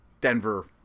Denver